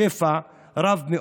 ובשפע רב,